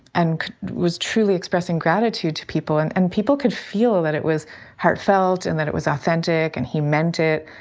and was truly expressing gratitude to people. and and people could feel that it was heartfelt and that it was authentic and he meant it.